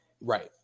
Right